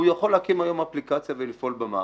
הוא יכול להקים היום אפליקציה ולפעול במערכת.